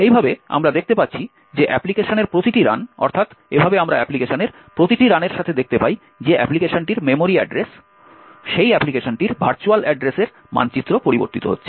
এইভাবে আমরা দেখতে পাচ্ছি যে অ্যাপ্লিকেশনটির প্রতিটি রান অর্থাৎ এভাবে আমরা অ্যাপ্লিকেশনটির প্রতিটি রানের সাথে দেখতে পাই যে অ্যাপ্লিকেশনটির মেমোরি অ্যাড্রেস সেই অ্যাপ্লিকেশনটির ভার্চুয়াল অ্যাড্রেসের মানচিত্র পরিবর্তিত হচ্ছে